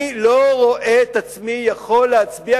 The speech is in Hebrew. אני לא רואה את עצמי יכול להצביע,